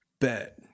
Bet